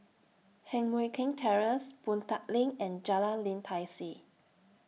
Heng Mui Keng Terrace Boon Tat LINK and Jalan Lim Tai See